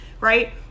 right